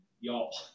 y'all